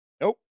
nope